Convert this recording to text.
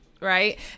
right